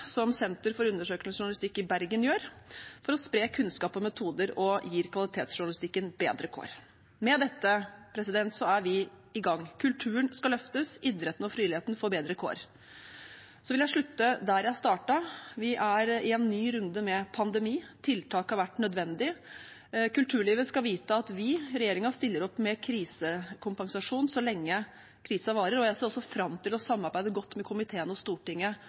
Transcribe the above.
som Senter for undersøkende journalistikk i Bergen gjør, for å spre kunnskap og metoder og gi kvalitetsjournalistikken bedre kår. Med dette er vi i gang: Kulturen skal løftes, og idretten og frivilligheten får bedre kår. Så vil jeg slutte der jeg startet: Vi er i en ny runde med pandemi. Tiltak har vært nødvendig. Kulturlivet skal vite at regjeringen stiller opp med krisekompensasjon så lenge krisen varer, og jeg ser også fram til å samarbeide godt med komiteen og Stortinget